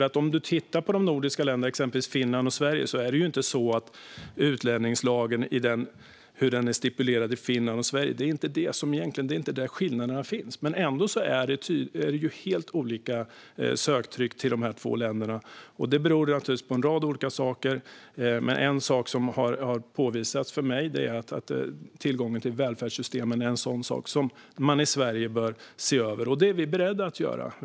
Det är inte hur utlänningslagen är stipulerad som gör att det finns skillnader mellan de nordiska länderna, exempelvis Finland och Sverige, utan dessa två länder har ändå helt olika söktryck. Det beror på en rad olika saker, men en sak som har påvisats för mig är tillgången till välfärdssystemen. Det här bör ses över i Sverige, och det är vi beredda att göra.